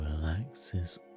relaxes